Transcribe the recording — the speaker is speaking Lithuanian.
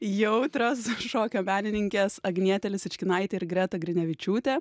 jautrios šokio menininkės agnietė lisičkinaitė ir greta grinevičiūtė